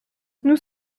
nous